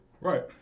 Right